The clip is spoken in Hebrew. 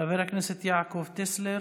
חבר הכנסת יעקב טסלר,